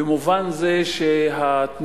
במובן זה שהתנאים